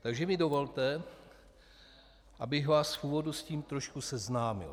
Takže mi dovolte, abych vás v úvodu s tím trošku seznámil.